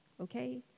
okay